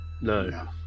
no